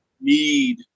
need –